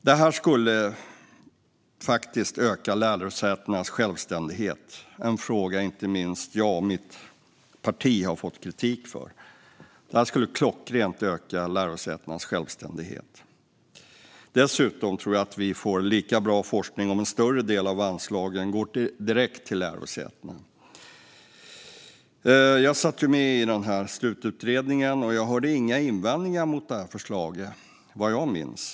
Detta skulle också öka lärosätenas självständighet, en fråga där inte minst jag och mitt parti har fått kritik. Det skulle klockrent öka självständigheten. Dessutom tror jag att vi får lika bra forskning om en större del av anslagen går direkt till lärosätena. Jag satt ju med i Struten, och där hörde jag inga invändningar mot förslaget, vad jag minns.